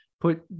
put